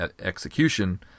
execution